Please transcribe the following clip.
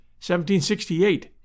1768